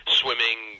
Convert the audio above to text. swimming